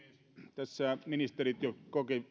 tässä ministerit jo